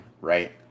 right